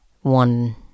one